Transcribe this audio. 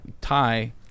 tie